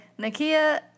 Nakia